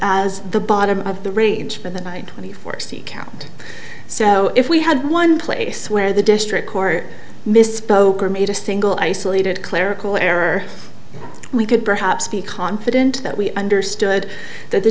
as the bottom of the range for the night before count so if we had one place where the district court misspoke or made a single isolated clerical error we could perhaps be confident that we understood that the